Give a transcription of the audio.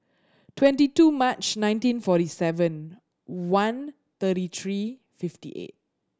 twenty two March nineteen forty seven one thirty three fifty eight